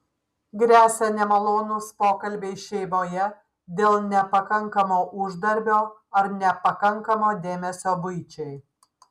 gresia nemalonūs pokalbiai šeimoje dėl nepakankamo uždarbio ar nepakankamo dėmesio buičiai